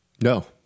No